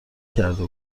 کرده